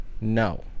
No